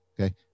Okay